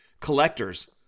collectors